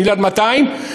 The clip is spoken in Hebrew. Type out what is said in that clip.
מיליארד ו-200 מיליון,